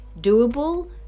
doable